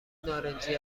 نارنجی